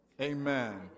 Amen